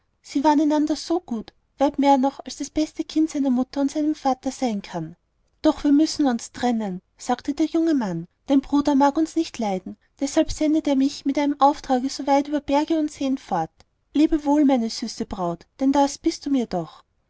sie waren einander so gut weit mehr noch als das beste kind seiner mutter und seinem vater sein kann doch müssen wir uns trennen sagte der junge mann dein bruder mag uns nicht leiden deshalb sendet er mich mit einem auftrage so weit über berge und seen fort lebe wohl meine süße braut denn das bist du mir doch